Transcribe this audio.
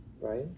right